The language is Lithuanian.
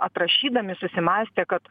atrašydami susimąstė kad